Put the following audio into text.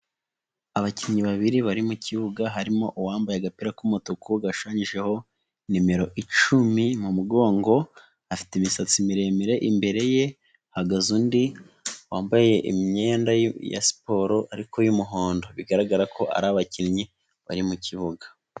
Abakinnyi babiri bari mu kibuga harimo uwambaye agapira k'umutuku gashushanyijeho nimero icumi mu mugongo, afite imisatsi miremire imbere ye hahagaze undi wambaye imyenda ya siporo ariko y'umuhondo, bigaragara ko ari abakinnyi bari mu kibuga.